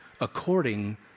according